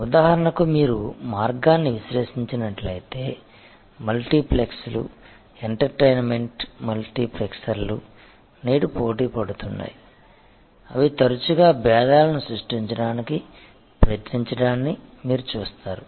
ఉదాహరణకు మీరు మార్గాన్ని విశ్లేషించినట్లయితే మల్టీప్లెక్స్లు ఎంటర్టైన్మెంట్ మల్టీప్లెక్సర్లు నేడు పోటీ పడుతున్నాయి అవి తరచుగా భేదాలను సృష్టించడానికి ప్రయత్నించడాన్ని మీరు చూస్తారు